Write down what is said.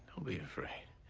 be afraid.